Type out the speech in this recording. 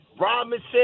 Robinson